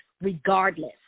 regardless